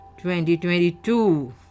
2022